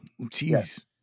Jeez